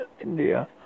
india